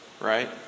right